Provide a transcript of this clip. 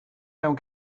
mewn